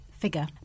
figure